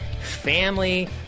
family